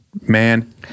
man